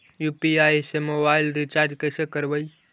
UPI से mobile recharge कैसे करबइ?